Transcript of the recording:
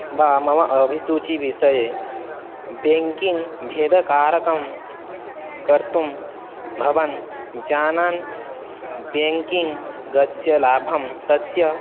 वा मम अभिसूचिविषये बेङ्किङ्ग् भेदकारकं कर्तुं भवान् जनान् बेङ्किङ्ग् अस्य लाभं तस्य